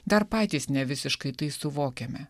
dar patys nevisiškai tai suvokiame